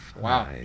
Wow